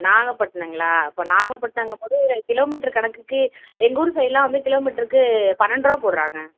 நாகப்பட்டினம்ங்களா அப்போ நாகப்பட்டினம்ங்கும் போது கிலோமீட்டர் கணக்குக்கு எங்கள் ஊர் சைடுலாம் வந்து கிலோமீட்டருக்கு பன்னெண்டு ரூபா போடுறாங்க